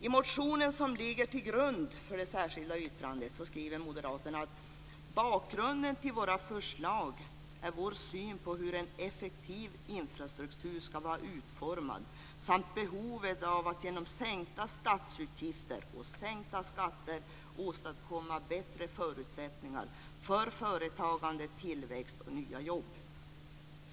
I motionen som ligger till grund för det särskilda yttranden skriver moderaterna: "Bakgrunden till våra förslag är vår syn på hur en effektiv infrastruktur skall vara utformad samt behovet av att genom sänkta statsutgifter och sänkta skatter åstadkomma bättre förutsättningar för företagande, tillväxt och nya jobb."